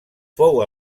fou